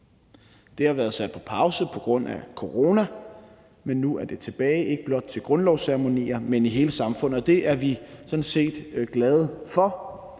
Det har været sat på pause pga. corona, men nu er det tilbage, ikke blot ved grundlovsceremonier, men i hele samfundet, og det er vi sådan set glade for,